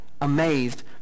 amazed